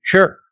Sure